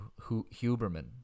Huberman